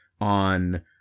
on